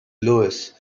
luis